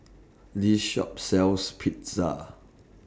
This Shop sells Pizza